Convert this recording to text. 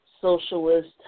socialist